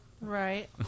Right